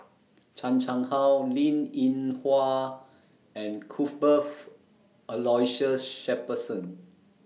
Chan Chang How Linn in Hua and Cuthbert's Aloysius Shepherdson